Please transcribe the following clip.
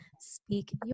speak